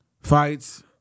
fights